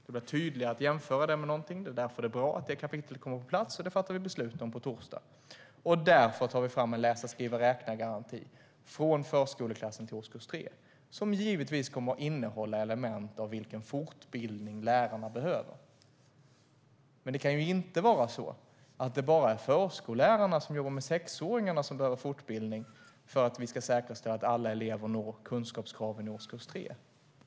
Det blir en tydligare jämförelse, och därför är det bra att detta kapitel kommer på plats. Detta fattar vi beslut om på torsdag. Därför tar vi också fram en läsa-skriva-räkna-garanti från förskoleklassen till årskurs 3, som givetvis kommer att innehålla element om vilken fortbildning lärarna behöver. Men det kan inte bara vara förskollärarna som jobbar med sexåringarna som behöver fortbildning för att vi ska säkerställa att alla elever når kunskapskraven i årskurs 3.